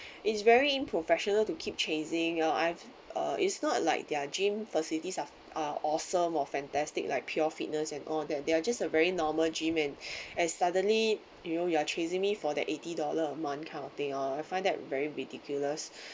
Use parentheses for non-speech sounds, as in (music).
is very in-professional to keep chasing or I've uh it's not like their gym facilities are are awesome or fantastic like pure fitness and all that they are just a very normal gym and (breath) and suddenly you know you are chasing me for that eighty dollar a month kind of thing oh I find that very ridiculous (breath)